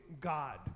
God